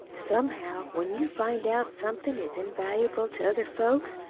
somehow, when you find out somethin' is invaluable to other folks,